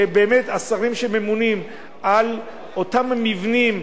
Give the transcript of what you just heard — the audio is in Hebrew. שבאמת השרים שממונים על אותם מבנים,